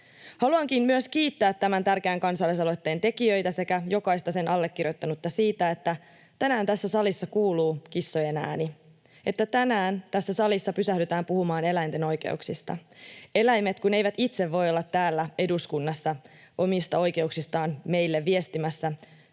Haluankin myös kiittää tämän tärkeän kansalaisaloitteen tekijöitä sekä jokaista sen allekirjoittanutta siitä, että tänään tässä salissa kuuluu kissojen ääni, että tänään tässä salissa pysähdytään puhumaan eläinten oikeuksista — eläimet kun eivät itse voi olla täällä eduskunnassa omista oikeuksistaan meille viestimässä.